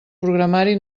programari